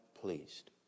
pleased